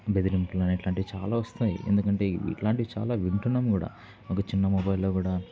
బెదిరింపులు ఇలాంటివి చాలా వస్తాయి ఎందుకంటే ఇ ఇలాంటివి చాలా వింటున్నాం కూడా ఒక చిన్న మొబైల్లో కూడా